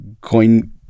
coin